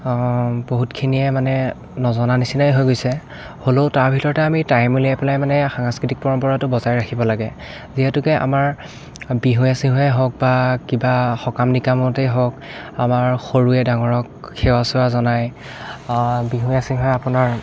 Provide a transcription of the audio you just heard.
বহুতখিনিয়ে মানে নজনা নিচিনাই হৈ গৈছে হ'লেও তাৰ ভিতৰতে আমি টাইম উলিয়াই পেলাই মানে সাংস্কৃতিক পৰম্পৰাটো বচাই ৰাখিব লাগে যিহেতুকে আমাৰ বিহুৱে চিহুৱে হওক বা কিবা সকামে নিকামতেই হওক আমাৰ সৰুৱে ডাঙৰক সেৱা চেৱা জনাই বিহুৱে চিহুৱে আপোনাৰ